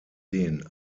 den